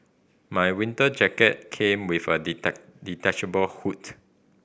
my winter jacket came with a detachable